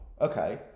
okay